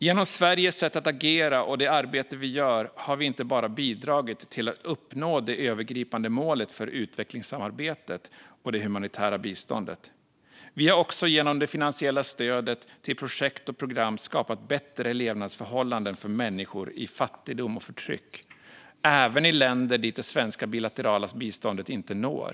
Genom Sveriges sätt att agera och det arbete vi i Sverige gör har vi inte bara bidragit till att uppnå det övergripande målet för utvecklingssamarbetet och det humanitära biståndet, utan vi har också genom det finansiella stödet till projekt och program skapat bättre levnadsförhållanden för människor i fattigdom och förtryck, även i länder dit det svenska bilaterala biståndet inte når.